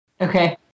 Okay